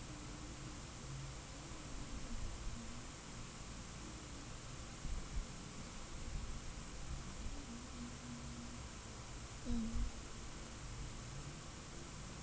mm